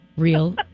real